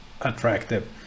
attractive